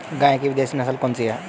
गाय की विदेशी नस्ल कौन सी है?